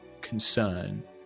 concern